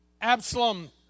Absalom